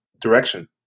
direction